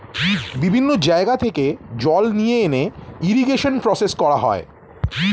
বিভিন্ন জায়গা থেকে জল নিয়ে এনে ইরিগেশন প্রসেস করা হয়